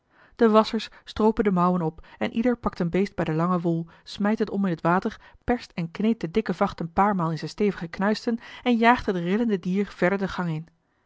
de wasschers stroopen de mouwen op en ieder pakt een beest bij de lange wol smijt het om in het water perst en kneedt de dikke vacht een paar maal in zijne stevige knuisten en jaagt het rillende dier verder de gang in